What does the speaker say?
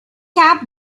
cap